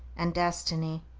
and destiny.